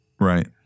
Right